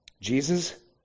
Jesus